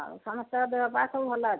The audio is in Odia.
ଆଉ ସମସ୍ତଙ୍କ ଦେହପା ସବୁ ଭଲ ଅଛି